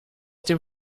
dem